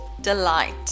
delight